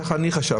כך אני חשבתי.